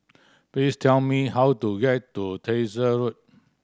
please tell me how to get to Tyersall Road